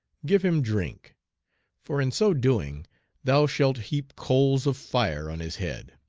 give him drink for in so doing thou shalt heap coals of fire on his head.